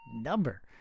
number